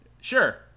Sure